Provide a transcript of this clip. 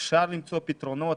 אפשר למצוא פתרונות.